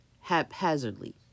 haphazardly